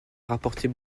rapporter